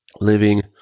living